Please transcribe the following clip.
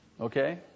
Okay